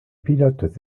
pilotes